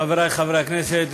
חברי חברי הכנסת,